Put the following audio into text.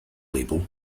label